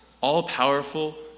all-powerful